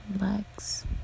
legs